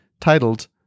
titled